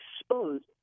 exposed